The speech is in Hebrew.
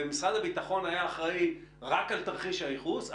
משרד הביטחון היה אחראי רק על תרחיש הייחוס,